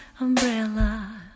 umbrella